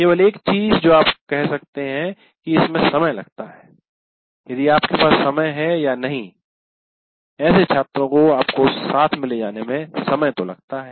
केवल एक चीज जो आप कह सकते हैं कि इसमें समय लगता है यदि आपके पास समय है या नहीं सभी छात्रों को अपने साथ ले जाने में समय तो लगता है